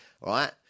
Right